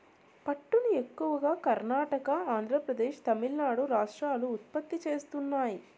పట్టును ఎక్కువగా కర్ణాటక, ఆంద్రప్రదేశ్, తమిళనాడు రాష్ట్రాలు ఉత్పత్తి చేస్తున్నాయి